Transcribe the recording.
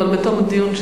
אבל בתום הדיון,